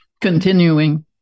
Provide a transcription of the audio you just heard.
continuing